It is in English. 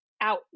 out